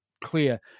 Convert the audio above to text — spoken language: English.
clear